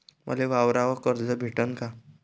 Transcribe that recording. मले वावरावर कर्ज भेटन का?